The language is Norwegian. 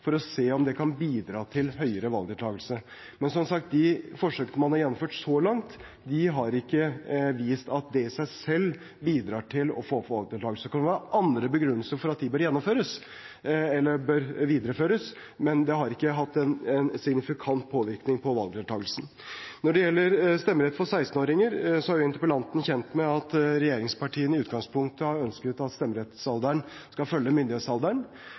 for å se om det kan bidra til høyere valgdeltakelse. Men som sagt: De forsøkene man har gjennomført så langt, har ikke vist at det i seg selv bidrar til å få opp valgdeltakelsen. Det kan være andre begrunnelser for at de bør videreføres, men det har ikke hatt en signifikant påvirkning på valgdeltakelsen. Når det gjelder stemmerett for 16-åringer, er jo interpellanten kjent med at regjeringspartiene i utgangspunktet har ønsket at stemmerettsalderen skal følge myndighetsalderen,